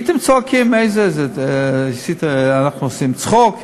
הייתם צועקים שאנחנו עושים צחוק,